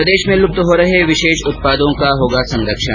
प्रदेश में लुप्त हो रहे विशेष उत्पादों का होगा संरक्षण